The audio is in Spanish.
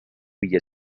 villa